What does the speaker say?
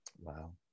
Wow